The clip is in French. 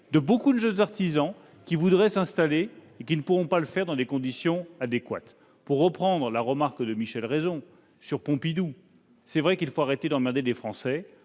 beaucoup de jeunes artisans qui voudraient s'installer, et qui ne pourront pas le faire dans des conditions adéquates. Pour reprendre la remarque de Michel Raison sur Pompidou, il faut arrêter d'emmerder les Français.